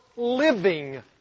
Living